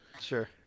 Sure